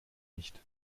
nicht